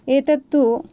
एतत्तु